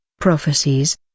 prophecies